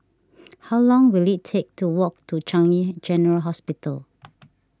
how long will it take to walk to Changi General Hospital